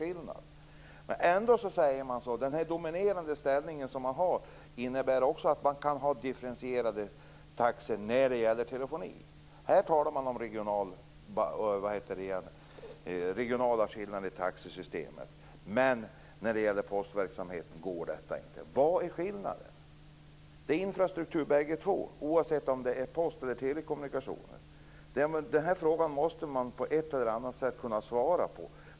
Man säger att den dominerande ställning som Telia har innebär att verket också kan ha differentierade taxor för telefoni. Då talar man om regionala skillnader i taxesystemet. Men för postverksamheten går detta alltså inte. Vad är skillnaden? Båda sakerna är infrastruktur, oavsett om det gäller post eller telekommunikationer. Den här frågan måste man på ett eller annat sätt kunna svara på.